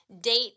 date